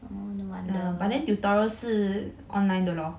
oh no wonder